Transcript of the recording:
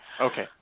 Okay